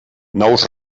nous